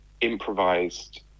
improvised